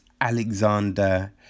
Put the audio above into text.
Alexander